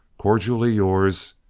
cordially yours,